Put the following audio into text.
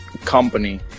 company